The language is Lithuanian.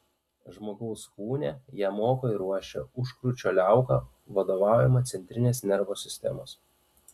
žmogaus kūne ją moko ir ruošia užkrūčio liauka vadovaujama centrinės nervų sistemos